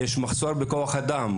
יש מחסור בכוח אדם,